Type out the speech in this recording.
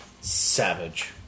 Savage